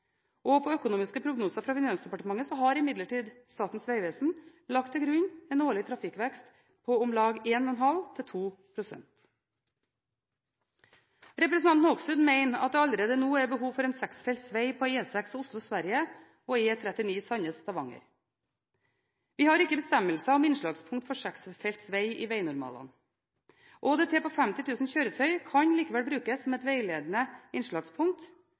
og på økonomiske prognoser fra Finansdepartementet har imidlertid Statens vegvesen lagt til grunn en årlig trafikkvekst på om lag 1,5–2 pst. Representanten Hoksrud mener at det allerede nå er behov for en seksfelts veg på E6 Oslo–Sverige og E39 Sandnes–Stavanger. Vi har ikke bestemmelser om innslagspunkt for seksfelts veg i vegnormalene. ÅDT på 50 000 kjøretøy kan likevel brukes som et veiledende innslagspunkt.